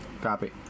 Copy